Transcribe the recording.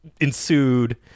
ensued